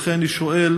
ולכן אני שואל: